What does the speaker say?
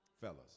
Fellas